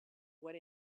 what